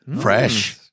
Fresh